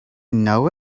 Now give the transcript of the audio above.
know